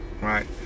right